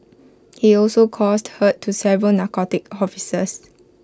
he also caused hurt to several narcotics officers